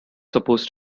supposed